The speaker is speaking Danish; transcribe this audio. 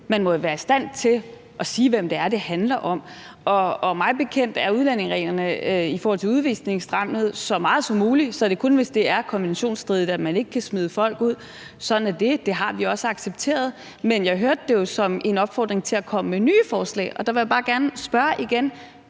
man må være i stand til at sige, hvem det er, det handler om. Og mig bekendt er udlændingereglerne i forhold til udvisning strammet så meget som muligt; så det er kun, hvis det er konventionsstridigt, at man ikke kan smide folk ud. Sådan er det, det har vi også accepteret. Men jeg hørte det jo som en opfordring til at komme med nye forslag, og der vil jeg bare gerne spørge igen: